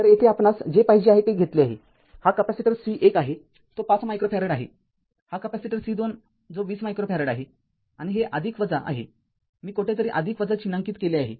तरयेथे आपणास जे पाहिजे आहे ते घेतले आहे हा कॅपेसिटर C१ आहे तो ५ मायक्रो फॅरेड आहे हा कॅपेसिटर C२ जो २० मायक्रो फॅरेड आहेआणि हे आहे मी कोठेतरी चिन्हांकित केले आहे